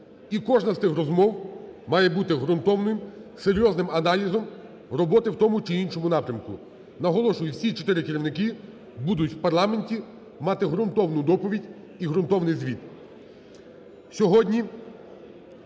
І кожна з тих розмов має бути ґрунтовним, серйозним аналізом роботи в тому чи іншому напрямку. Наголошую, всі чотири керівники будуть в парламенті мати ґрунтовну доповідь і ґрунтовний звіт.